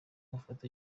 mafoto